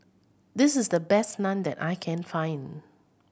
this is the best Naan that I can find